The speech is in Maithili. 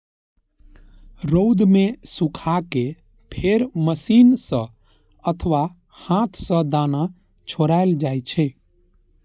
रौद मे सुखा कें फेर मशीन सं अथवा हाथ सं दाना छोड़ायल जाइ छै